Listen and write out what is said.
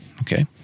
Okay